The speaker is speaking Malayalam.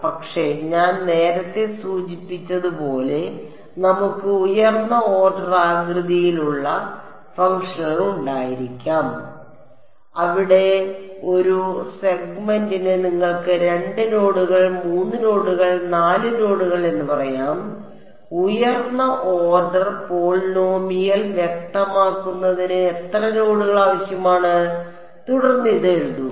പക്ഷേ ഞാൻ നേരത്തെ സൂചിപ്പിച്ചതുപോലെ നമുക്ക് ഉയർന്ന ഓർഡർ ആകൃതിയിലുള്ള ഫംഗ്ഷനുകൾ ഉണ്ടായിരിക്കാം അവിടെ ഒരു സെഗ്മെന്റിന് നിങ്ങൾക്ക് 2 നോഡുകൾ 3 നോഡുകൾ 4 നോഡുകൾ എന്ന് പറയാം ഉയർന്ന ഓർഡർ പോളിനോമിയൽ വ്യക്തമാക്കുന്നതിന് എത്ര നോഡുകൾ ആവശ്യമാണ് തുടർന്ന് ഇത് എഴുതുക